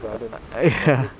err err ya